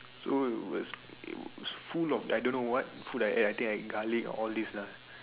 so it was it was full of I don't know full of air I think I eat garlic or don't know what lah